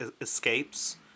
escapes